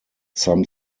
some